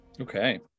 Okay